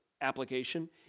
application